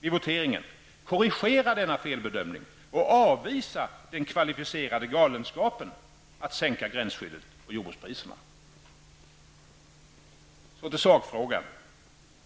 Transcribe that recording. vid voteringen korrigera denna felbedömning och avvisa den ''kvalificerade galenskapen'' att sänka gränsskyddet och jordbrukspriserna.